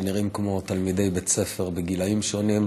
שנראים כמו תלמידי בית ספר בגילים שונים,